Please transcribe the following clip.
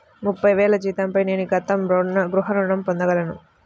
ముప్పై వేల జీతంపై నేను ఎంత గృహ ఋణం పొందగలను?